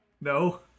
No